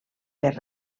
per